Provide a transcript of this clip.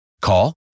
Call